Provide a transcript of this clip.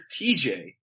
TJ